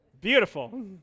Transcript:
beautiful